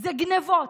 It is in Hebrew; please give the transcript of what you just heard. זה גנבות.